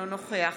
אינו נוכח